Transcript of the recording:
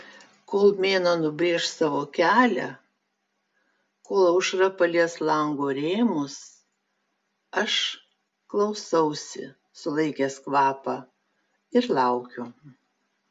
kol mėnuo nubrėš savo kelią kol aušra palies lango rėmus aš klausausi sulaikęs kvapą ir laukiu